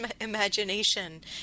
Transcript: imagination